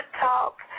talk